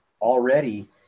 already